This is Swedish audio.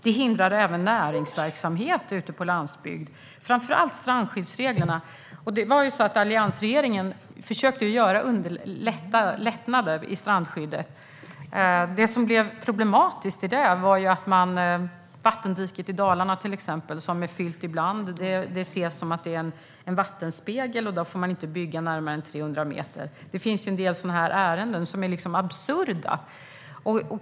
Det hindrar även näringsverksamhet ute på landsbygden, och det gäller framför allt strandskyddsreglerna. Alliansregeringen försökte ju genomföra lättnader i strandskyddet. Det som då blev problematiskt var ju till exempel vattendiket i Dalarna. Det är fyllt ibland, men det ses som en vattenspegel, och då får man inte bygga närmare det än 300 meter. Det finns en del sådana ärenden som är absurda.